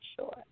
sure